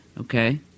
okay